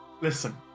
listen